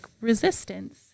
resistance